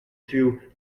through